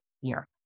year